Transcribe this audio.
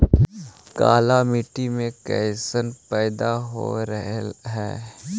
काला मिट्टी मे कैसन पैदा हो रहले है?